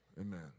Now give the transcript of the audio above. Amen